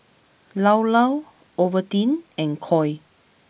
Llao Llao Ovaltine and Koi